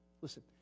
Listen